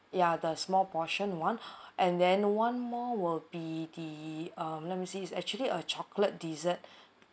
ya the small portion [one] and then one more will be the um let me see it's actually a chocolate dessert